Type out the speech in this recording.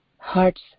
Hearts